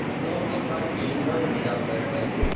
those look like mean burns you got there, lady,